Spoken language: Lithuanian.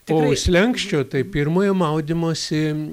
o slenksčio tai pirmojo maudymosi